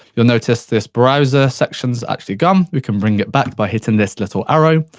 you'll notice this browser section's actually gone. we can bring it back by hitting this little arrow.